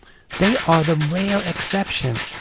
they are the rare exception.